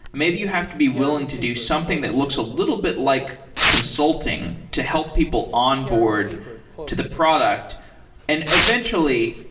maybe you have to be willing to do something that looks a little bit like consulting to help people onboard to the product and eventually,